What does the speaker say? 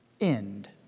end